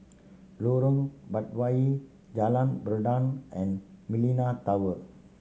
Lorong Batawi Jalan Peradun and Millenia Tower